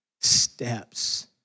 steps